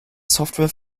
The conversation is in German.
software